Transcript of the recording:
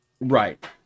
right